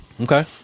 Okay